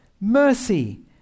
mercy